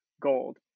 Gold